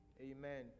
Amen